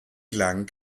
lang